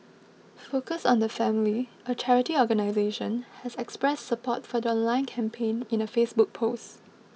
focus on the family a charity organisation has expressed support for the online campaign in a Facebook post